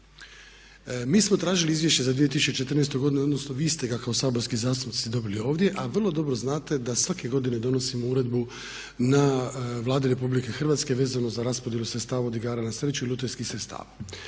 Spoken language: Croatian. Mi smo tražili izvješće za 2014.godinu odnosno vi ste ga kao saborski zastupnici dobili ovdje, a vrlo dobro znate da svake godine donosimo uredbu na Vladi Republike Hrvatske vezano za raspodjelu sredstava od igara na sreću i lutrijskih sredstava.